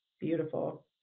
Beautiful